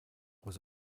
was